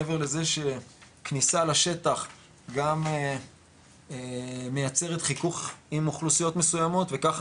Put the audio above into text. מעבר לזה שכניסה לשטח גם מייצרת חיכוך עם אוכלוסיות מסויימות וככה